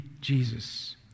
Jesus